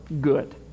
good